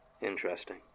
Interesting